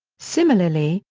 similarly,